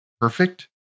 perfect